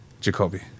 Jacoby